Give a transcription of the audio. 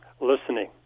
listening